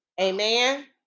Amen